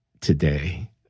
today